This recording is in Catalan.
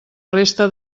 resta